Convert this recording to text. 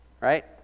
right